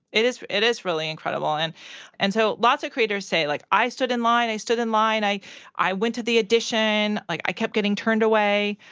it is it is really incredible. and and so lots of creators say, like, i stood in line. i stood in line. i i went to the audition. like, i kept getting turned away.